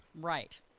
Right